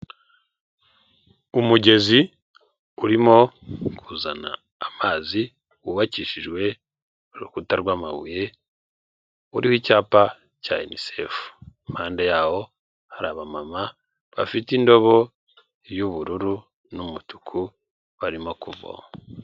Umugezi urimo kuzana amazi wubakishijwe urukuta rw'amabuye uriho icyapa cya yunisefu impande yaho hari abamama bafite indobo y'ubururu n'umutuku barimo kuvoma.